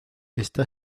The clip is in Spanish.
está